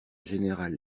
général